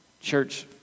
Church